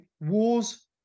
Wars